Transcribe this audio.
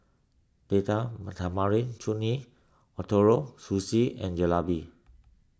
Data Tamarind Chutney Ootoro Sushi and Jalebi